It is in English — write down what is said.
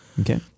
Okay